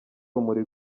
rumuri